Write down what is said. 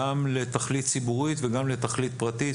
גם לתכלית ציבורית וגם לתכלית פרטית.